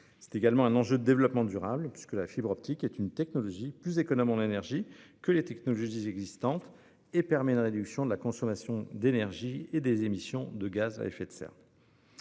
C'est également un enjeu de développement durable, puisque la fibre optique est une technologie plus économe en énergie que les technologies existantes et qu'elle favorise la réduction de la consommation d'énergie et des émissions de gaz à effet de serre.